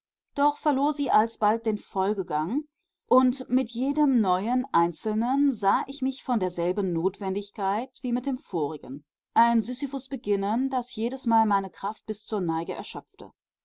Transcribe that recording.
doch verlor sie alsbald den folgegang und mit jedem neuen einzelnen sah ich mich von derselben notwendigkeit wie mit dem vorherigen ein sisyphusbeginnen das jedesmal meine kraft bis zur neige erschöpfte